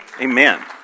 Amen